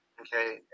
okay